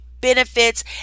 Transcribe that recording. benefits